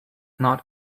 not